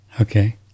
Okay